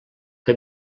que